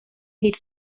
hyd